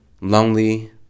lonely